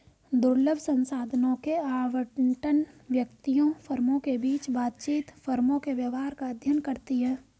दुर्लभ संसाधनों के आवंटन, व्यक्तियों, फर्मों के बीच बातचीत, फर्मों के व्यवहार का अध्ययन करती है